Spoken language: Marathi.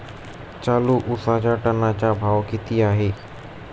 चालू उसाचा टनाचा भाव किती आहे?